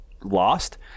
lost